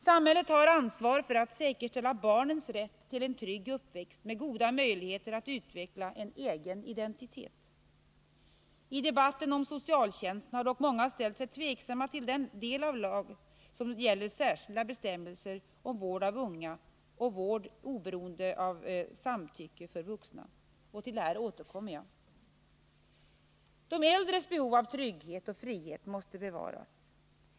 Samhället har ansvar för att säkerställa barnens rätt till en trygg uppväxt med goda möjligheter att utveckla en egen identitet. I debatten om socialtjänsten har dock många ställt sig tveksamma till den del av lagen som gäller särskilda bestämmelser om vård av unga och vård oberoende av samtycke för vuxna. Till detta återkommer jag. De äldres behov av trygghet och frihet måste bevaras.